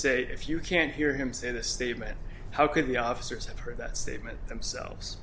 say if you can't hear him say the statement how could the officers have heard that statement themselves